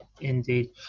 indeed